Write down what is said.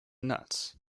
nuts